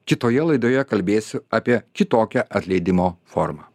kitoje laidoje kalbėsiu apie kitokią atleidimo formą